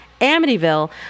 Amityville